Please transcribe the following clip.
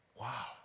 Wow